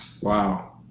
Wow